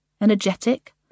Energetic